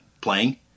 playing